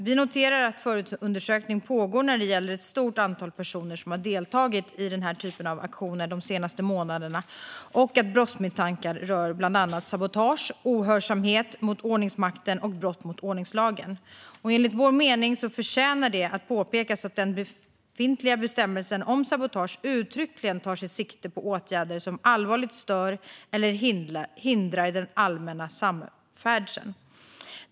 Vi noterar att förundersökning pågår när det gäller ett stort antal personer som deltagit i den här typen av aktioner de senaste månaderna och att brottsmisstankar finns rörande bland annat sabotage, ohörsamhet mot ordningsmakten och brott mot ordningslagen. Enligt vår mening förtjänar det att påpekas att den befintliga bestämmelsen om sabotage uttryckligen tar sikte på åtgärder som allvarligt stör eller hindrar den allmänna samfärdseln.